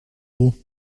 beau